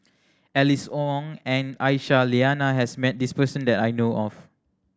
Alice Ong and Aisyah Lyana has met this person that I know of